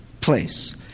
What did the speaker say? place